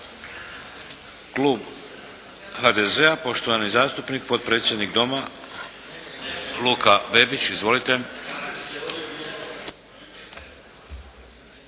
Klub HDZ-a, poštovani zastupnik i potpredsjednik Doma, Luka Bebić. Izvolite.